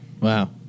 Wow